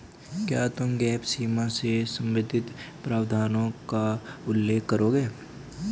क्या तुम गैप सीमा से संबंधित प्रावधानों का उल्लेख करोगे?